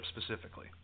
specifically